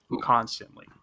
constantly